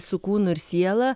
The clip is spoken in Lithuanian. su kūnu ir siela